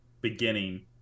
beginning